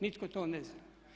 Nitko to ne zna.